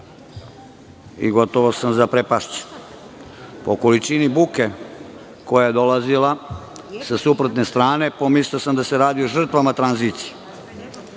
i gotovo sam zaprepašćen po količini buke koja je dolazila sa suprotne strane, pomislio sam da se radi o žrtvama tranzicije.